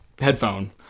Headphone